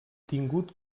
tingut